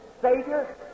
Savior